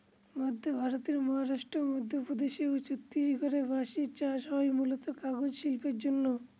মধ্য ভারতের মহারাষ্ট্র, মধ্যপ্রদেশ ও ছত্তিশগড়ে বাঁশের চাষ হয় মূলতঃ কাগজ শিল্পের জন্যে